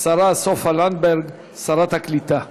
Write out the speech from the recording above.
השרה סופה לנדבר, שרת הקליטה.